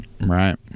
Right